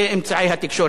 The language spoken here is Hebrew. נכון,